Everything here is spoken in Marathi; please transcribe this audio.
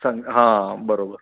सांग हां बरोबर